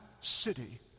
city